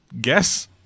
guess